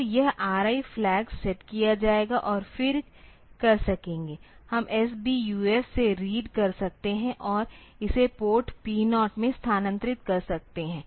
तो यह RI flag set किया जाएगा और फिर कर सकेंगे हम SBUF से रीड कर सकते हैं और इसे पोर्ट P0 में स्थानांतरित कर सकते हैं